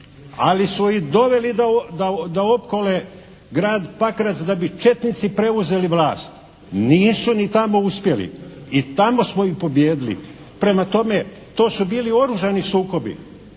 Ali su ih doveli da opkole grad Pakrac da bi četnici preuzeli vlast. Nisu ni tamo uspjeli. I tamo smo ih pobijedili. Prema tome, to su bili oružani sukobi,